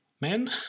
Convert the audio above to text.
men